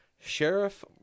Sheriff